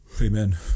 Amen